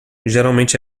geralmente